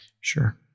Sure